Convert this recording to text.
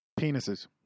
Penises